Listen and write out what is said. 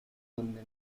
donde